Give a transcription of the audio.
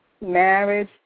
marriage